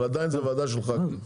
אבל עדיין זו ועדה של ח"כים.